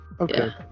Okay